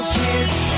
kids